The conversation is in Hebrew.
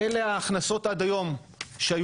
אלה ההכנסות עד היום שהיו